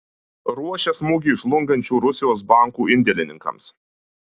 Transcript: ruošia smūgį žlungančių rusijos bankų indėlininkams